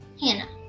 Hannah